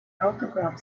autograph